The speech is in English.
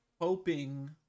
Hoping